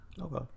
Okay